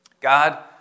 God